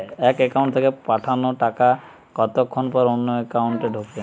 এক একাউন্ট থেকে পাঠানো টাকা কতক্ষন পর অন্য একাউন্টে ঢোকে?